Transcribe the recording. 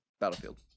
battlefield